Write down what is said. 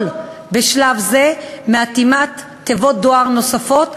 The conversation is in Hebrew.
בשלב זה מאטימת תיבות דואר נוספות,